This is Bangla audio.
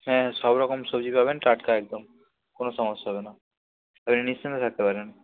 হ্যাঁ সব রকম সবজি পাবেন টাটকা একদম কোনো সমস্যা হবে না নিশ্চিন্তে থাকতে পারেন